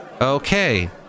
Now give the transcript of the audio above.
okay